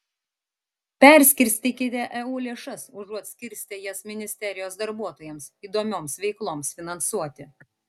perskirstykite eu lėšas užuot skirstę jas ministerijos darbuotojams įdomioms veikloms finansuoti